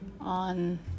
on